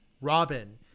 Robin